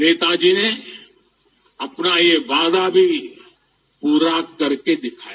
नेताजी ने अपना यह वादा पूरा करके दिखाया